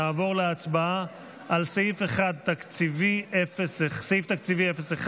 נעבור להצבעה על סעיף תקציבי 01,